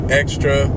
extra